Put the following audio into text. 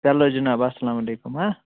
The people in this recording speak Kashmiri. چلو جناب اسلام علیکُم